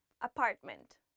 apartment